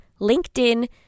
LinkedIn